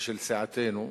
ושל סיעתנו,